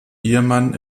ehemann